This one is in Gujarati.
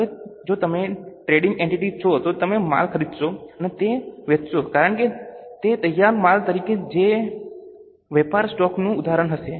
હવે જો તમે ટ્રેડિંગ એન્ટિટી છો તો તમે માલ ખરીદશો અને તેને વેચશો કારણ કે તે તૈયાર માલ તરીકે છે જે વેપારમાં સ્ટોકનું ઉદાહરણ હશે